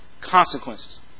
consequences